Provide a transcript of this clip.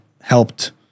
helped